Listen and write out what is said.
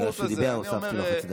בגלל איך שהוא דיבר הוספתי לו חצי דקה.